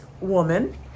woman